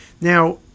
Now